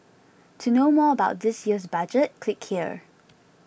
to know more about this year's Budget click here